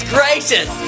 gracious